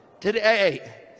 Today